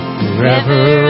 forever